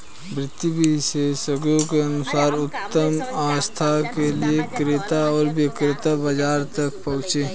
वित्त विशेषज्ञों के अनुसार उत्तम आस्था के लिए क्रेता और विक्रेता बाजार तक पहुंचे